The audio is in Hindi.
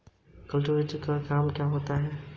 कल्टीवेटर का क्या काम होता है?